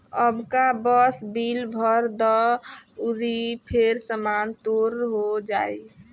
अबका बस बिल भर द अउरी फेर सामान तोर हो जाइ